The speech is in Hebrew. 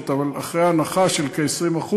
אבל אחרי הנחה של כ-20%,